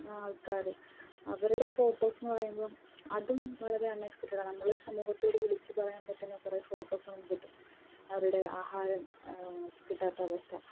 ആൾക്കാർ അവരുടെ ഫോട്ടോസ്ന്ന് പറയുമ്പം അതും വളരെ അണ്ണെക്സ്പെക്റ്റട നമ്മൾ സമൂഹത്തോട് വിളിച്ചു പറയാമ്പറ്റുന്ന കുറെ ഫോട്ടോസ് നമുക്ക് കിട്ടും അവരുടെ ആഹാരം കിട്ടാത്ത അവസ്ഥ